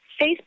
Facebook